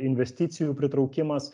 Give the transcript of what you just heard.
investicijų pritraukimas